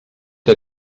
que